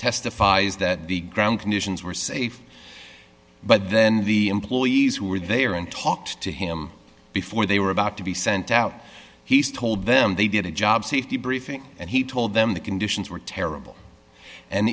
testifies that the ground conditions were safe but then the employees who were there and talked to him before they were about to be sent out he's told them they did a job safety briefing and he told them the conditions were terrible and